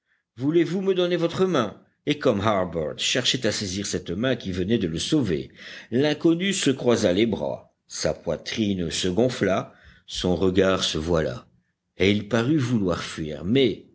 voulez-vous me donner votre main et comme harbert cherchait à saisir cette main qui venait de le sauver l'inconnu se croisa les bras sa poitrine se gonfla son regard se voila et il parut vouloir fuir mais